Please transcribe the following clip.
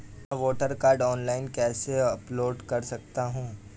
मैं अपना voter card online कैसे अपलोड कर सकता हूँ?